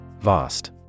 Vast